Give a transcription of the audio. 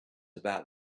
about